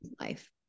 Life